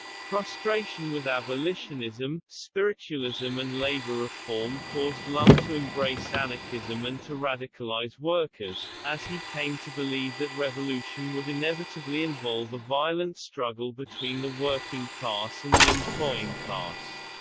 frustration with abolitionism, spiritualism and labor reform caused lum to embrace anarchism and to radicalize workers, as he came to believe that revolution would inevitably involve a violent struggle between the working class and the employing class.